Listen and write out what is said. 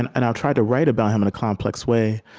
and and i tried to write about him in a complex way,